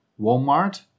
Walmart